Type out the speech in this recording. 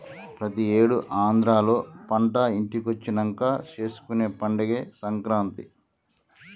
ప్రతి ఏడు ఆంధ్రాలో పంట ఇంటికొచ్చినంక చేసుకునే పండగే సంక్రాంతి